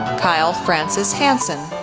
kyle francis hanson,